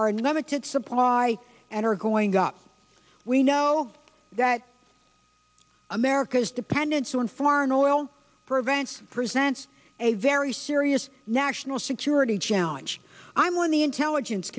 are unlimited supply and are going up we know that america's dependence on foreign oil prevents presents a very serious national security challenge i'm one the intelligence